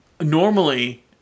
Normally